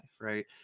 right